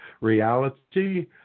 reality